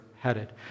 headed